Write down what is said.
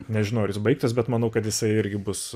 nežinau ar jis baigtas bet manau kad jisai irgi bus